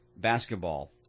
basketball